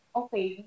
okay